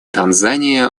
танзания